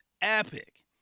epic